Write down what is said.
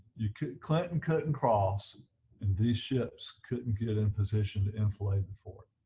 you clinton couldn't cross and these ships couldn't get in position to inflate the fort